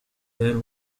there